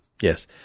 Yes